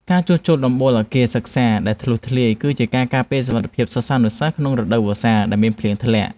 ការជួសជុលដំបូលអគារសិក្សាដែលធ្លុះធ្លាយ គឺជាការការពារសុវត្ថិភាពសិស្សានុសិស្សក្នុងរដូវវស្សាដែលមានភ្លៀងធ្លាក់។